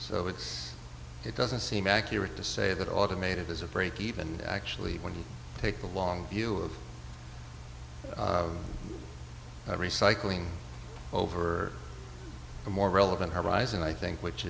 so it's it doesn't seem accurate to say that automated is a breakeven actually when you take the long view of recycling over a more relevant horizon i think which